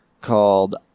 called